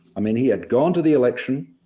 i mean, he had gone to the election.